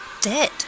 Dead